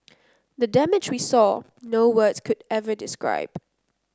the damage we saw no words could ever describe